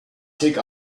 take